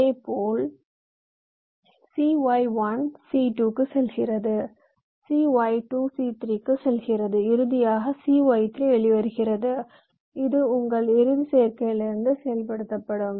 இதேபோல் CY1 C2 க்கு செல்கிறது CY2 C3 க்கு செல்கிறது இறுதியாக CY3 வெளிவருகிறது அது உங்கள் இறுதி சேர்க்கையிலிருந்து செயல்படுத்தப்படும்